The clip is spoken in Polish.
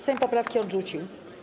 Sejm poprawki odrzucił.